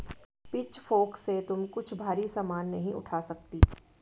pitchfork से तुम कुछ भारी सामान नहीं उठा सकती